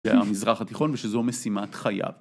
המזרח התיכון ושזו משימת חייו